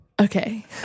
Okay